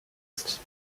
ist